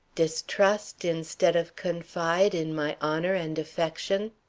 distrust, instead of confide in my honor and affection?